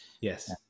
yes